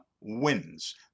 wins